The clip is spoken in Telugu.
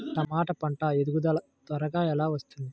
టమాట పంట ఎదుగుదల త్వరగా ఎలా వస్తుంది?